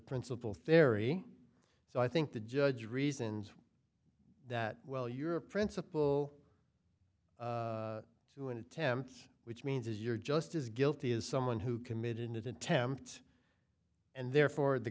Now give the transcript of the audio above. principle ferry so i think the judge reasons that well you're a principal to an attempt which means you're just as guilty as someone who committed attempt and therefore the